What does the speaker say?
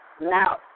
Now